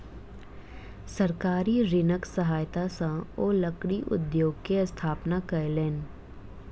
सरकारी ऋणक सहायता सॅ ओ लकड़ी उद्योग के स्थापना कयलैन